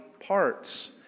parts